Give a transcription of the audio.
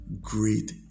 great